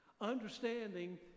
understanding